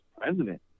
president